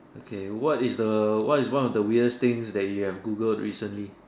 okay what is the what is one of the weirdest things that you have Googled recently